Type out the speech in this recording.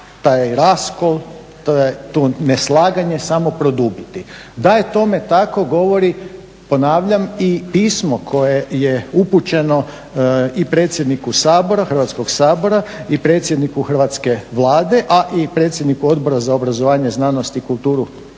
taj raskol, to neslaganje to produbiti. Da je tome tako govori ponavljam i pismo koje je upućeno i predsjedniku Hrvatskog sabora i predsjedniku Hrvatske Vlade a i predsjedniku Odbora za obrazovanje, znanost i kulturu Hrvatskog